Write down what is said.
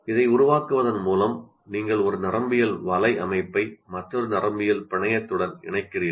இதை உருவாக்குவதன் மூலம் நீங்கள் ஒரு நரம்பியல் வலையமைப்பை மற்றொரு நரம்பியல் பிணையத்துடன் இணைக்கிறீர்கள்